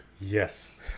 yes